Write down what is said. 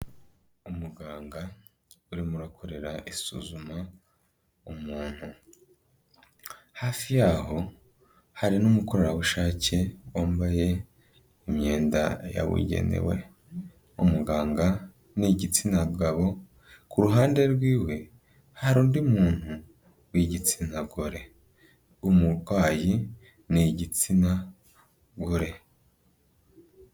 Umuganga urimo urakorera isuzuma umuntu, hafi yaho hari n'umukorerabushake, wambaye imyenda yabugenewe, umuganga ni igitsina gabo, ku ruhande rwiwe hari undi muntu w'igitsina gore, umurwayi ni igitsina gore.